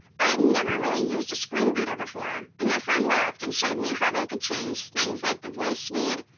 i had never really used a screen reader before. and my friend laughed and showed me how i could change things like the voice speed,